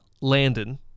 Landon